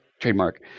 trademark